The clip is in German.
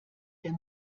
der